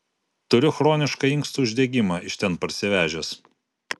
turiu chronišką inkstų uždegimą iš ten parsivežęs